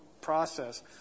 process